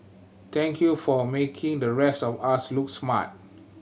thank you for making the rest of us look smart